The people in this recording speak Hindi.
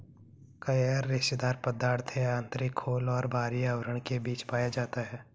कयर रेशेदार पदार्थ है आंतरिक खोल और बाहरी आवरण के बीच पाया जाता है